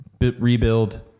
rebuild